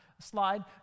slide